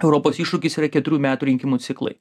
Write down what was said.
europos iššūkis yra keturių metų rinkimų ciklai